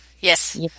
Yes